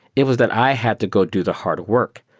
it was that i had to go to the hard work.